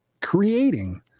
Creating